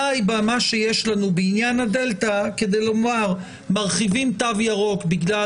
די במה שיש לנו בעניין ה-דלתא כדי לומר שמרחיבים תו ירוק בגלל